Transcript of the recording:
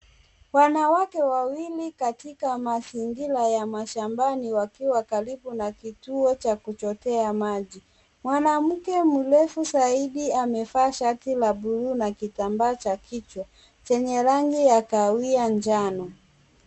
Wanawake wawili katika mazingira ya mashambani wakiwa karibu na kituo cha kuchotea maji. Mwanamke mrefu zaidi amevaa shati la buluu na kitambaa cha kichwa chenye rangi ya kahawai njano.